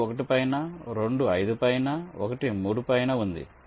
2 1 పైన 2 5 పైన 1 3 పైన ఉంది